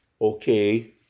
okay